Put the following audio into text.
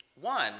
One